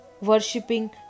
worshipping